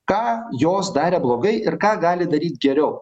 ką jos darė blogai ir ką gali daryt geriau